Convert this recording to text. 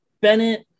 Bennett